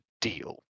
deal